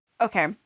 Okay